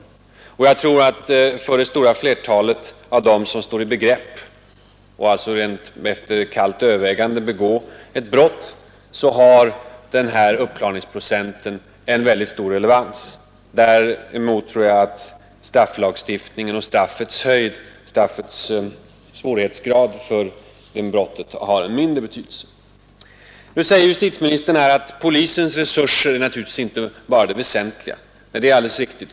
För det stora flertalet av dem som står i begrepp att efter kallt övervägande begå ett brott har den nuvarande låga uppklaringsprocenten en mycket stor relevans; däremot tror jag att straffets hårdhetsgrad för just det brottet har mindre betydelse. Nu säger justitieministern att polisens resurser inte är det väsentliga. Nej, det är nog alldeles riktigt.